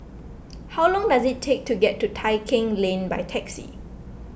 how long does it take to get to Tai Keng Lane by taxi